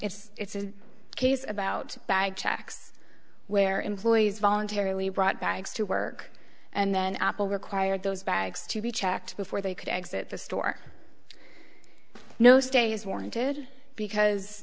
it's a case about bag checks where employees voluntarily brought bags to work and then apple required those bags to be checked before they could exit the store no stay is warranted because